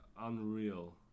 unreal